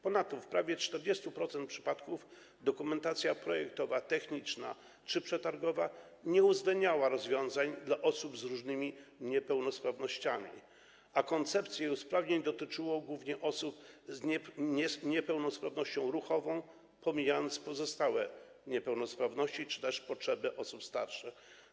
Ponadto w prawie 40% przypadków dokumentacja projektowa, techniczna czy przetargowa nie uwzględniała rozwiązań dla osób z różnymi niepełnosprawnościami, a koncepcje usprawnień dotyczyły głównie osób z niepełnosprawnością ruchową z pominięciem pozostałych niepełnosprawności czy też potrzeb osób starszych.